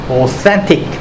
authentic